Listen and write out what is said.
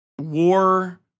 war